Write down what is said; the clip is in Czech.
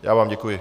Já vám děkuji.